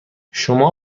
شما